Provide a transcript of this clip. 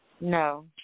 No